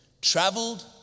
traveled